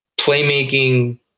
playmaking